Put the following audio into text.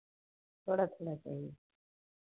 थोड़ा थोड़ा चाहिए